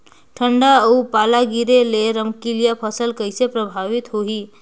ठंडा अउ पाला गिरे ले रमकलिया फसल कइसे प्रभावित होही?